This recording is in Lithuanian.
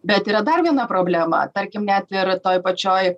bet yra dar viena problema tarkim net ir toj pačioj